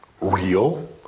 real